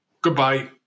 goodbye